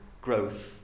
growth